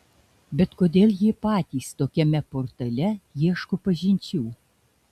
bet kodėl jie patys tokiame portale ieško pažinčių